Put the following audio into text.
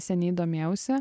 seniai domėjausi